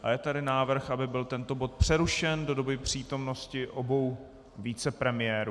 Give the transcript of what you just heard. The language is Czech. Je tady návrh, aby byl tento bod přerušen do doby přítomnosti obou vicepremiérů.